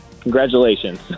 congratulations